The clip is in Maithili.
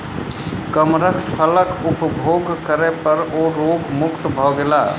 कमरख फलक उपभोग करै पर ओ रोग मुक्त भ गेला